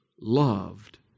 loved